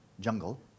Jungle